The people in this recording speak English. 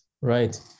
right